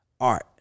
art